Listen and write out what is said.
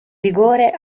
vigore